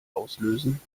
auslösen